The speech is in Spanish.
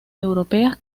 europeas